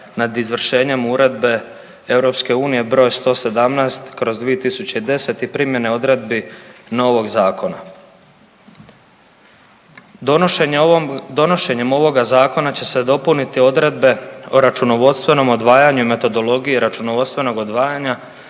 nad izvršenjem Uredbe EU broj 117/2010 i primjene odredbi novog zakona. Donošenjem ovoga zakona će se dopuniti odredbe o računovodstvenom odvajanju i metodologiji računovodstvenog odvajanja